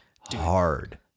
hard